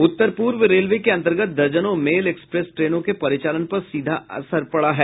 उत्तर पूर्व रेलवे के अन्तर्गत दर्जनों मेल एक्सप्रेस ट्रेनों के परिचालन पर सीधा असर पड़ा है